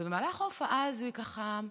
ובמהלך ההופעה הזו היא ככה: